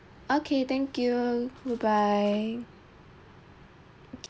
okay thank you bye bye